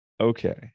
Okay